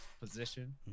position